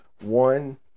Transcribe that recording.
one